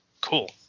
Cool